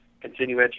continue